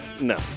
No